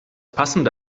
passende